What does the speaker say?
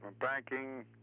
banking